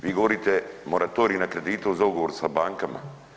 Vi govorite moratorij na kredite uz dogovor sa bankama.